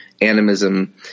animism